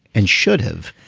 and should have.